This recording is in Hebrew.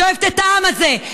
שאוהבת את העם הזה,